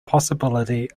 possibility